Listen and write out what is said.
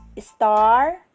star